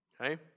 Okay